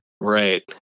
Right